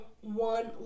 one